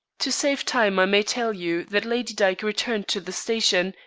to save time i may tell you that lady dyke returned to the station,